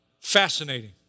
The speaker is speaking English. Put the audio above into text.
Fascinating